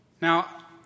Now